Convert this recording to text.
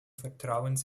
vertrauens